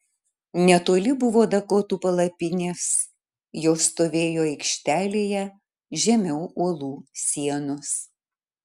netoli buvo dakotų palapinės jos stovėjo aikštelėje žemiau uolų sienos